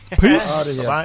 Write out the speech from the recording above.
Peace